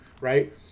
right